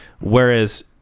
Whereas